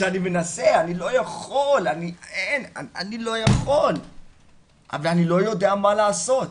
אני מנסה, אני לא יכול ואני לא יודע מה לעשות.